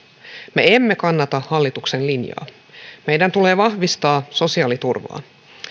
me emme kannata hallituksen linjaa meidän tulee vahvistaa sosiaaliturvaa